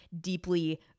deeply